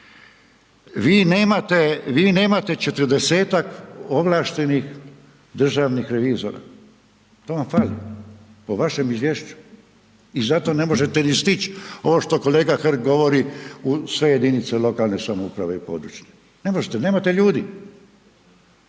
vi nemate 40 ovlaštenih državnih revizora, to vam fali u vašem izvješću i zato ne možete ni stići, ovo što kolega Hrg govori u sve jedinice lokalne samouprave i područne, ne možete,